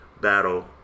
battle